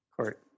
Court